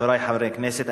חברי חברי הכנסת,